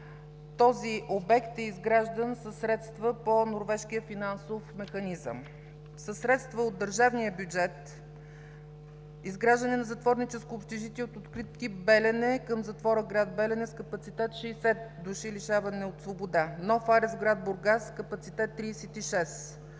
Този обект е изграждан със средства по Норвежкия финансов механизъм. Със средства от държавния бюджет – изграждане на затворническо общежитие от открит тип – Белене, към затвора в град Белене, с капацитет 60 души лишаване от свобода, нов арест в град Бургас с капацитет 36.